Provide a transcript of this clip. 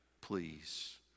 please